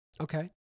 Okay